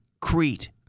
Crete